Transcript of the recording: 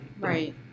Right